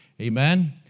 amen